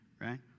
right